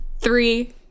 three